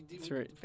Three